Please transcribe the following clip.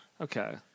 Okay